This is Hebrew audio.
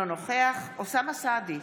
אינו נוכח אוסאמה סעדי,